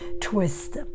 twist